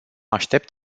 aștept